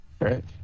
Right